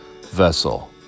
vessel